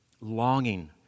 longing